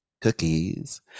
cookies